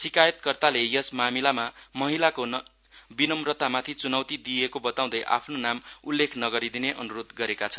शिकायतकर्ताले यस मामिलमा महिलाको विनम्रतामाथि चुनौति दिइएको बताउँदै आफ्नो नाम उल्लेख नगरिदिने अनुरोध गरेका छन्